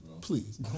Please